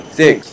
six